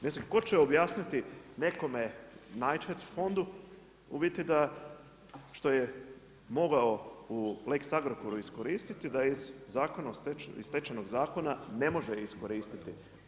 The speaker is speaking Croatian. Mislim tko će objasniti nekome … fondu u biti da što je mogao u Lex Agrokoru iskoristiti da iz Stečajnog zakona ne može iskoristiti.